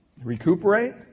recuperate